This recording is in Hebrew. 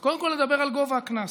אז קודם כול נדבר על גובה הקנס.